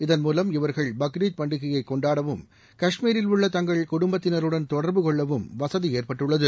இதன் மூவம் இவர்கள் பக்ரீத் பண்டிகையை கொண்டாடவும் கஷ்மீரில் உள்ள தங்கள் குடும்பத்தினருடன் தொடர்புகொள்ளவும் வசதி ஏற்பட்டுள்ளது